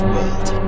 World